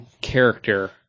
character